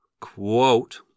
quote